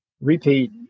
repeat